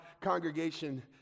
congregation